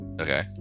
Okay